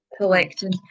collecting